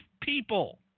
people